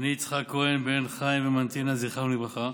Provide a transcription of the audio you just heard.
חיים ומנטינה, זכרם לברכה,